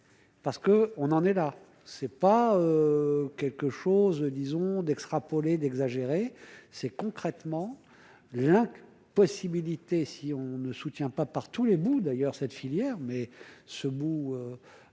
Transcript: parce que on en est là, c'est pas quelque chose, disons d'extrapoler d'exagérer c'est concrètement la possibilité, si on ne soutient pas par tous les bouts d'ailleurs cette filière mais ce bout